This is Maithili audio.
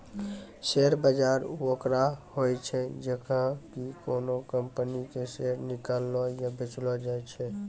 शेयर बाजार उ बजार होय छै जैठां कि कोनो कंपनी के शेयर किनलो या बेचलो जाय छै